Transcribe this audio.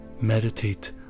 Meditate